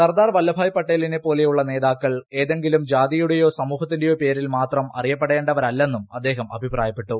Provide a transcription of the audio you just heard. സർദാർ വല്ലഭായ് പട്ടേലിനെ പോലെയുള്ള നേതാക്കൾ ഏതെങ്കിലും ജാതിയുടെയോ സമൂഹത്തിന്റെയോ പേരിൽ മാത്രം അറിയപ്പെടേണ്ടവരല്ലെന്നും അദ്ദേഹം അഭിപ്രായപ്പെട്ടു